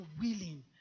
willing